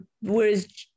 whereas